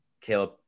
Caleb